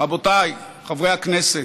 רבותיי חברי הכנסת,